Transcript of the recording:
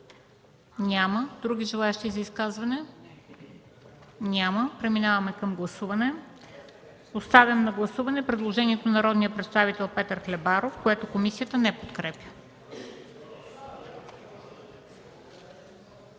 Няма. Други желаещи за изказване? Няма. Преминаваме към гласуване. Поставям на гласуване предложението на народния представител Петър Хлебаров, което комисията не подкрепя.